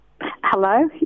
Hello